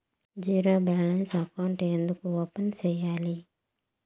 zero balance అకౌంట్లు ఎందుకు open సేయాలి